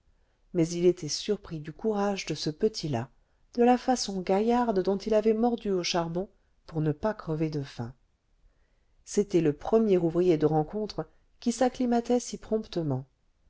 mais il était surpris du courage de ce petit là de la façon gaillarde dont il avait mordu au charbon pour ne pas crever de faim c'était le premier ouvrier de rencontre qui s'acclimatait si promptement